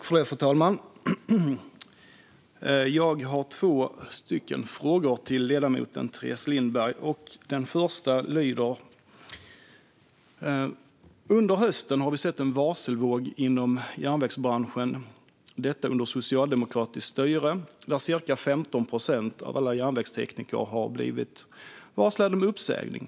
Fru talman! Jag har två frågor till ledamoten Teres Lindberg. Under hösten har vi sett en varselvåg inom järnvägsbranschen - detta under socialdemokratiskt styre. Ungefär 15 procent av alla järnvägstekniker har varslats om uppsägning.